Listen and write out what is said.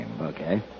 Okay